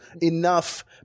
enough